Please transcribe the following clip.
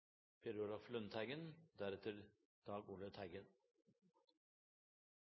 Per Olaf Lundteigen,